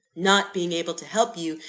not being able to help you,